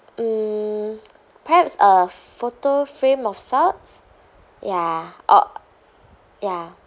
mm perhaps a photo frame or sorts ya or ya